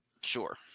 Sure